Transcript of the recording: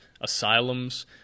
asylums